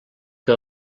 que